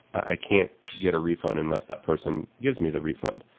i can't get a refund unless that person gives me the refund.